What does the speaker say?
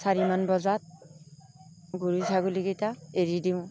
চাৰিমান বজাত গৰু ছাগলী কেইটাক এৰি দিওঁ